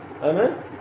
Amen